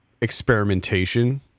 experimentation